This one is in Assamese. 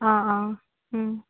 অঁ অঁ